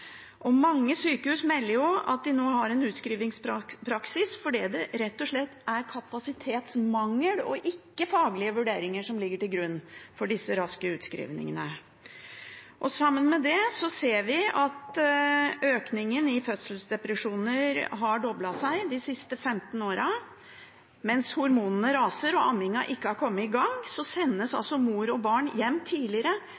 Mange sykehus melder at de nå har en utskrivningspraksis fordi kapasitetsmangel – ikke faglige vurderinger – ligger til grunn for disse raske utskrivningene. Sammen med det ser vi en økning i fødselsdepresjoner, som har doblet seg de siste 15 årene. Mens hormonene raser og ammingen ikke har kommet i gang, sendes